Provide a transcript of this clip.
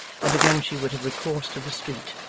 and again she would have recourse to the street,